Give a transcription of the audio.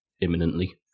imminently